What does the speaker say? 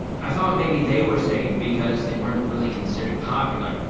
i thought maybe they were safe because they weren't really considered popular,